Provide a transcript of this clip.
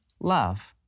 love